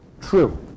true